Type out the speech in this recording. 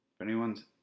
anyone's